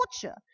torture